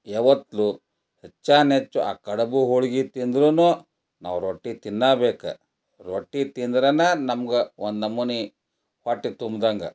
ಯಾವತ್ತೂ ಹೆಚ್ಚಾನೆಚ್ಚು ಆ ಕಡುಬು ಹೋಳಿಗೆ ತಿಂದ್ರೂ ನಾವು ರೊಟ್ಟಿ ತಿನ್ನಬೇಕು ರೊಟ್ಟಿ ತಿಂದ್ರೇನೆ ನಮ್ಗೆ ಒಂದು ನಮೂನಿ ಹೊಟ್ಟೆ ತುಂಬ್ದಂಗೆ